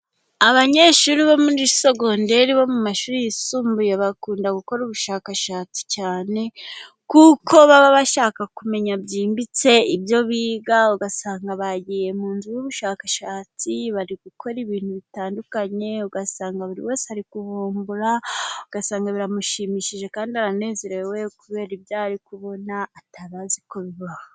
Abanyeshuri bo muri segonderi bo mu mashuri yisumbuye, bakunda gukora ubushakashatsi cyane, kuko baba bashaka kumenya byimbitse ibyo biga, ugasanga bagiye mu nzu y'ubushakashatsi, bari gukora ibintu bitandukanye, ugasanga buri wese ari kuvumbura, ugasanga biramushimishije kandi aranezerewe, kubera ibyo ari kubona, atari azi ko bibaho.